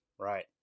right